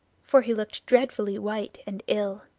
for he looked dreadfully white and ill.